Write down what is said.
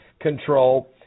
control